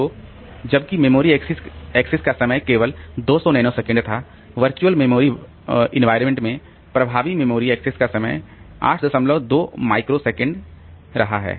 तो जबकि memory access का समय केवल 200 नैनोसेकंड था वर्चुअल मेमोरी वातावरण में प्रभावी मेमोरी एक्सेस का समय 82 माइक्रोसेकंड रहा है